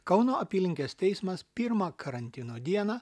kauno apylinkės teismas pirmą karantino dieną